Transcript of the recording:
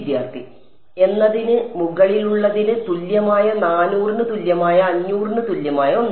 വിദ്യാർത്ഥി എന്നതിന് മുകളിലുള്ളതിന് തുല്യമായ 400 ന് തുല്യമായ 500 ന് തുല്യമായ ഒന്ന്